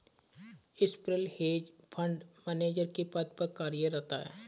Swapnil hedge fund manager के पद पर कार्यरत है